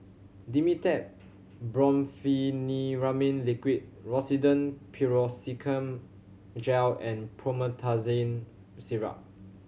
Dimetapp Brompheniramine Liquid Rosiden Piroxicam Gel and Promethazine Syrup